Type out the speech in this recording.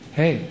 hey